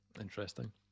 interesting